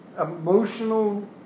emotional